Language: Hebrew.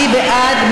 מי בעד?